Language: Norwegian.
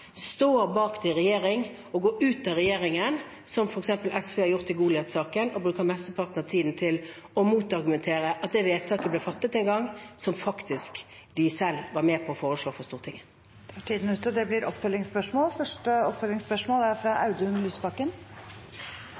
står bak det i regjering, og går ut av regjeringen, som f.eks. SV har gjort i Goliat-saken, og bruker mesteparten av tiden til å argumentere mot at det vedtaket ble fattet en gang, som de selv faktisk var med på å foreslå for Stortinget.